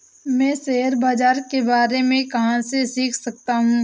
मैं शेयर बाज़ार के बारे में कहाँ से सीख सकता हूँ?